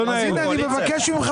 אז הנה, אני מבקש ממך